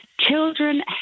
children